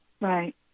Right